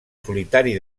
solitari